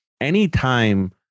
anytime